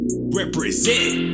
Represent